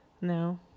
No